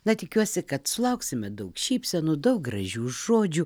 na tikiuosi kad sulauksime daug šypsenų daug gražių žodžių